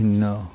বিভিন্ন